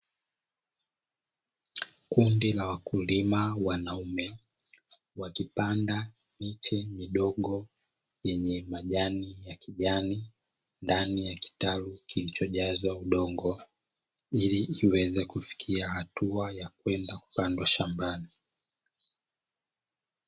Kundi la wakulima wanaume wakipanda miche midogo yenye majani ya kijani ndani ya kitalu kilichojazwa udongo, ili kiweze kufikia hatua ya kwenda kupandwa shambani.